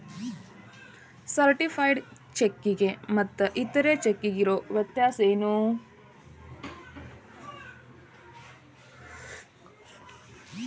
Certified ಚೆಕ್ಕಿಗೆ ಮತ್ತ್ ಇತರೆ ಚೆಕ್ಕಿಗಿರೊ ವ್ಯತ್ಯಸೇನು?